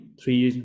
three